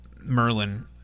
merlin